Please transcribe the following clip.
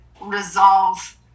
resolve